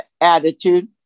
attitude